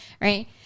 right